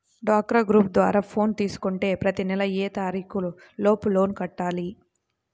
డ్వాక్రా గ్రూప్ ద్వారా లోన్ తీసుకుంటే ప్రతి నెల ఏ తారీకు లోపు లోన్ కట్టాలి?